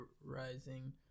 rising